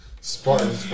Spartans